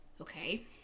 Okay